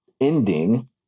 ending